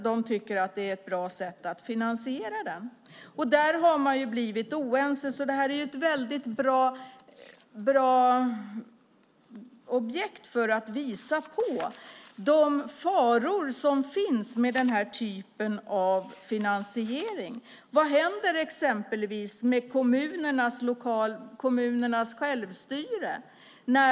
De tycker att det är ett bra sätt att finansiera den. Där har man blivit oense, så detta är ett väldigt bra exempel för att visa på de faror som finns med denna typ av finansiering. Vad händer exempelvis med kommunernas självstyre?